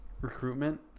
recruitment